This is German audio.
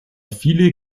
viele